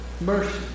mercy